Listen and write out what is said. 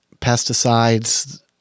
Pesticides